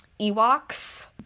Ewoks